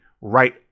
right